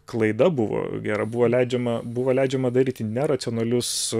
klaida buvo gera buvo leidžiama buvo leidžiama daryti neracionalius